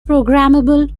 programmable